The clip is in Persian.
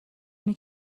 اینه